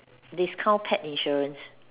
discount pet insurance